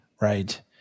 right